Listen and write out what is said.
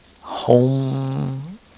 Home